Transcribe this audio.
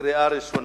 בקריאה ראשונה.